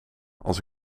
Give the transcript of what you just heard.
als